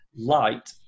light